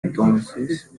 entonces